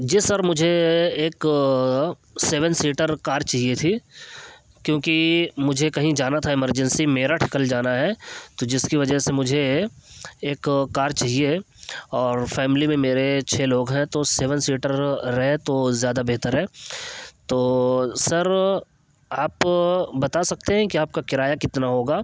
جی sir مجھے ایک seven seater car چاہیے تھی کیونکہ مجھے کہیں جانا تھا ایمرجنسی میں میرٹھ کل جانا ہے تو جس کی وجہ سے مجھے ایک کار چاہیے اور فیملی میں میرے چھ لوگ ہیں تو سیون سیٹر رہے تو زیادہ بہتر ہے تو سر آپ بتا سکتے ہیں کہ آپ کا کرایہ کتنا ہوگا